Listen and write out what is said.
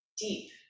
deep